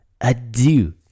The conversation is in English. adieu